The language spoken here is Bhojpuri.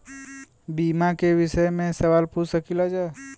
बीमा के विषय मे सवाल पूछ सकीलाजा?